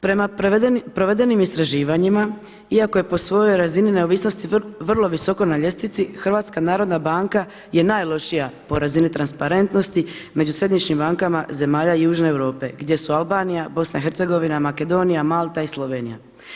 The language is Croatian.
Prema provedenim istraživanjima iako je po svojoj razini neovisnosti vrlo visoko na ljestvici HNB je najlošija po razini transparentnosti među središnjim bankama zemalja južne Europe gdje su Albanija, BIH, Makedonija, Malta i Slovenija.